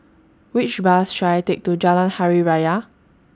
Which Bus should I Take to Jalan Hari Raya